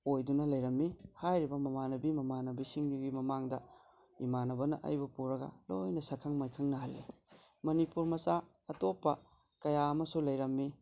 ꯑꯣꯏꯗꯨꯅ ꯂꯩꯔꯝꯃꯤ ꯍꯥꯏꯔꯤꯕ ꯃꯃꯥꯟꯅꯕꯤ ꯃꯃꯥꯟꯅꯕꯤꯁꯤꯡꯗꯨꯒꯤ ꯃꯃꯥꯡꯗ ꯏꯃꯥꯟꯅꯕꯅ ꯑꯩꯕꯨ ꯄꯨꯔꯒ ꯂꯣꯏꯅ ꯁꯛꯈꯪ ꯃꯥꯏꯈꯪꯅꯍꯜꯂꯤ ꯃꯅꯤꯄꯨꯔ ꯃꯆꯥ ꯑꯇꯣꯞꯄ ꯀꯌꯥ ꯑꯃꯁꯨ ꯂꯩꯔꯝꯃꯤ